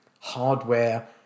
hardware